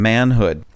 Manhood